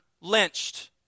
lynched